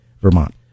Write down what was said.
Vermont